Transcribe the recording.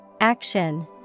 Action